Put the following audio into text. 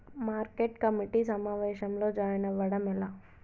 Market committee సమావేశంలో join అవ్వడం ఎలా?